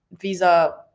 visa